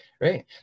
Right